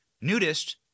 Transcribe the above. nudist